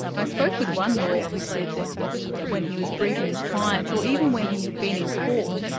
i spoke with one lawyer who said that when he was briefing his clients, or even when he had been in court,